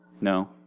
No